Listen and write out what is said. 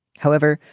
however,